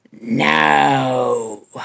no